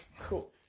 Cool